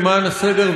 והפרוטוקול,